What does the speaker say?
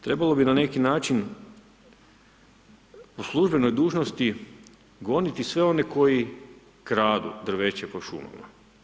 Trebalo bi na neki način po službenoj dužnosti goniti sve one koji kradu drveće po šumama.